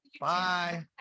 Bye